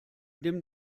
nimm